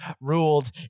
ruled